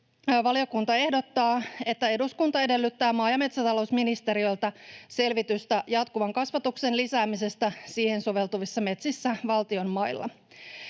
valiokunta ehdottaa, että eduskunta edellyttää maa- ja metsätalousministeriöltä selvitystä jatkuvan kasvatuksen lisäämisestä siihen soveltuvissa metsissä valtion mailla.